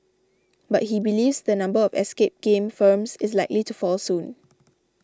but he believes the number of escape game firms is likely to fall soon